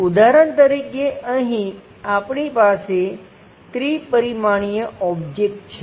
ઉદાહરણ તરીકે અહીં આપણી પાસે ત્રિ પરિમાણીય ઓબ્જેક્ટ છે